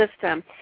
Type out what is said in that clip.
system